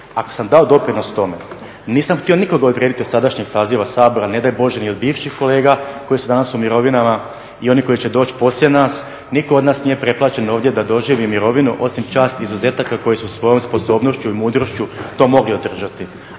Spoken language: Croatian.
ako sam dao doprinos tome nisam htio nikoga odrediti od sadašnjeg saziva Sabora, ne daj Bože ni od bivših kolega koji su danas u mirovinama i oni koji će doći poslije nas, nitko od nas nije pretplaćen ovdje da doživi mirovinu osim čast izuzetaka koji su svojom sposobnošću i mudrošću to mogli održati.